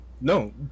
No